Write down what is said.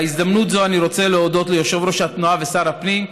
בהזדמנות זו אני רוצה להודות ליושב-ראש התנועה ושר הפנים,